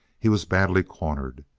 he was badly cornered.